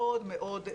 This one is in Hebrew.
מאוד מאוד,